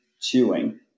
chewing